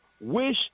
wish